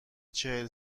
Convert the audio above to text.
چهل